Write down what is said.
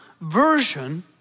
version